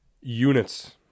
units